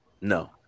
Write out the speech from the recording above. No